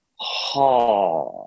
ha